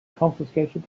confiscated